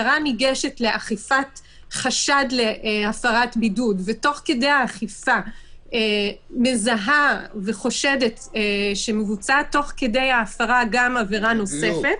שיותר לה להפעיל את שיקול דעתה גם בעבירות מעל רף חומרה מסוים,